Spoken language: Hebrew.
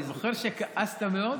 אני זוכר שכעסת מאוד,